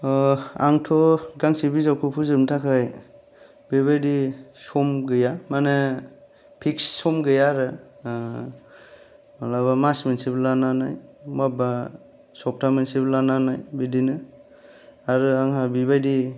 आंथ' गांसे बिजाबखौ फोजोबनो थाखाय बेबायदि सम गैया माने फिक्स सम गैया आरो मालाबा मास मोनसेबो लानो हानाय मबा सप्ता मोनसेबो लानो हानाय बिदिनो आरो आंहा बिबादि